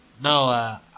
No